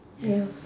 ya